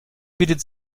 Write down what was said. bietet